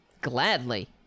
Gladly